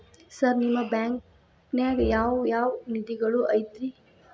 Sir ನಿಮ್ಮ ಬ್ಯಾಂಕನಾಗ ಯಾವ್ ಯಾವ ನಿಧಿಗಳು ಐತ್ರಿ?